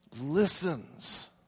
listens